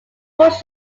push